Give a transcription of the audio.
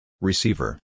Receiver